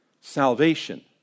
Salvation